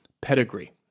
pedigree